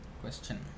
question